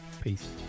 Peace